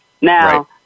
Now